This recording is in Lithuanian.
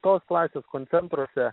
tos klasės koncentruose